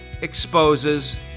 exposes